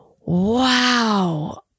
Wow